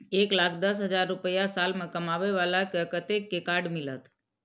एक लाख दस हजार रुपया साल में कमाबै बाला के कतेक के कार्ड मिलत?